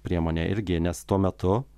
priemonė irgi nes tuo metu